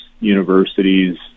universities